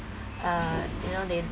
uh you know they